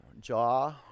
jaw